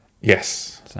yes